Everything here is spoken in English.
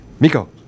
Miko